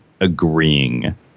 agreeing